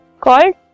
called